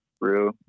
real